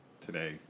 today